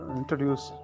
introduce